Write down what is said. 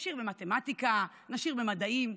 נשאיר במתמטיקה, נשאיר במדעים.